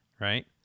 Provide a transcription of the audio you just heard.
right